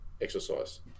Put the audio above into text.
exercise